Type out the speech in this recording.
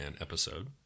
episode